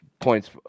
points